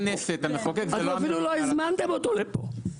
אתם אפילו לא הזמנתם אותו לפה.